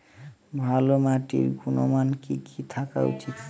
ভালো মাটির গুণমান কি কি থাকা উচিৎ?